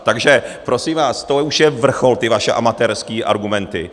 Takže prosím vás, to už je vrchol, ty vaše amatérské argumenty!